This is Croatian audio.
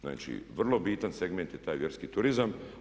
Znači vrlo bitan segment je taj vjerski turizam.